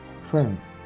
Friends